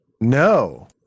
No